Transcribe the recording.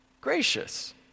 gracious